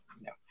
no